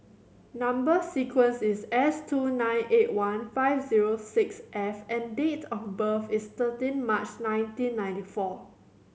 number sequence is S two nine eight one five zero six F and date of birth is thirteen March nineteen ninety four